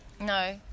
No